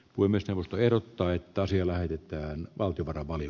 huimista mutta ehdottaa että asia lähetetään valtiovarainvalio